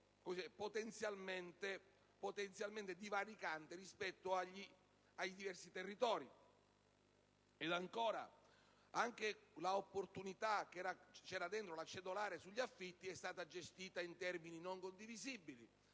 potenzialmente divaricante rispetto ai diversi territori. Anche l'opportunità prevista all'interno della cedolare sugli affitti è stata gestita in termini non condivisibili.